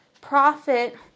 profit